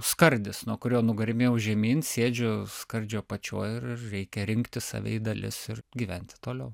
skardis nuo kurio nugarmėjau žemyn sėdžiu skardžio apačioj ir reikia rinkti save į dalis ir gyventi toliau